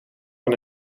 van